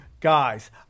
guys